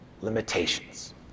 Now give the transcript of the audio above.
limitations